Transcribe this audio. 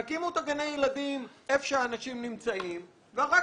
תקימו את גני הילדים איפה שאנשים נמצאים ואחר